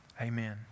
Amen